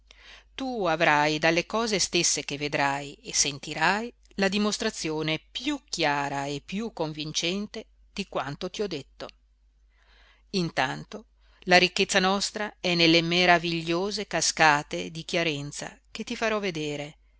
tu avrai dalle cose stesse che vedrai e sentirai la dimostrazione piú chiara e piú convincente di quanto ti ho detto intanto la ricchezza nostra è nelle meravigliose cascate di chiarenza che ti farò vedere